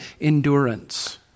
Endurance